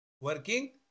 Working